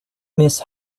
miss